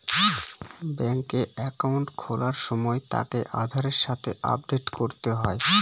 ব্যাঙ্কে একাউন্ট খোলার সময় তাকে আধারের সাথে আপডেট করতে হয়